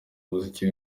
umuziki